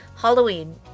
Halloween